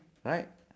right